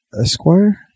Esquire